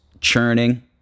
churning